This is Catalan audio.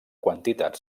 quantitat